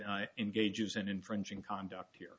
that engages in infringing conduct here